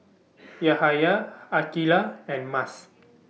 Yahaya Aqilah and Mas